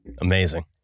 Amazing